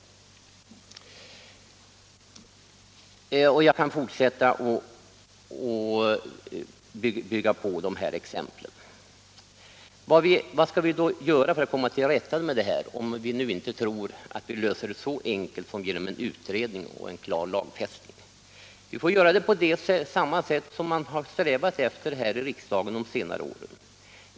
Jag skulle kunna fortsätta att bygga på dessa exempel. Vad skall vi då göra för att komma till rätta med detta problem, om vi nu inte tror att vi kan lösa det så enkelt som genom en utredning och en lagstiftning? Vi får göra på det sätt man strävat efter här i riksdagen de senare åren.